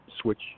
switch